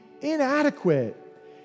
inadequate